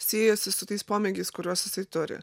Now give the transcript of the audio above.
siejasi su tais pomėgiais kuriuos jisai turi